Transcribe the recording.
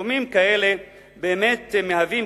סכומים כאלה באמת מהווים,